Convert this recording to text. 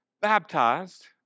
baptized